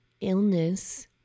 illness